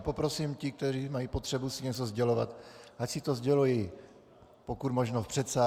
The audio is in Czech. Poprosím ty, kteří mají potřebu si něco sdělovat, ať si to sdělují pokud možno v předsálí.